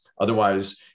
Otherwise